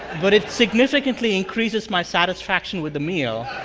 but it significantly increases my satisfaction with the meal.